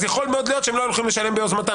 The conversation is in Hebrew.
אז יכול מאוד להיות שהם לא היו הולכים לשלם ביוזמתם.